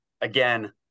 again